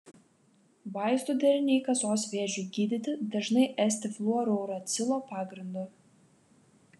vaistų deriniai kasos vėžiui gydyti dažnai esti fluorouracilo pagrindo